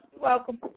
welcome